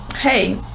hey